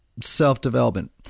self-development